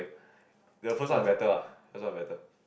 how to say